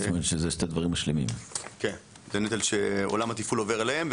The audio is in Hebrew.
זה נטל שעולם התפעול עובר אליהם,